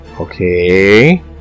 Okay